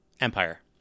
Empire